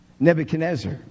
Nebuchadnezzar